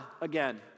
again